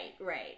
right